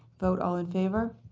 vote, all in favor?